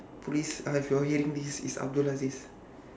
please uh if you're hearing this it's abdul raziz